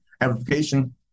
amplification